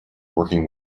working